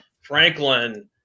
Franklin